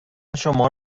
شماها